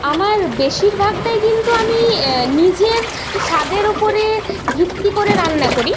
আমার বেশিরভাগটাই কিন্তু আমি নিজের স্বাদের উপরে ভিত্তি করে রান্না করি